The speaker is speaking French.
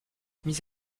mis